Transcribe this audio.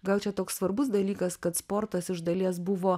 gal čia toks svarbus dalykas kad sportas iš dalies buvo